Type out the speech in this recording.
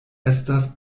estas